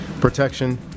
protection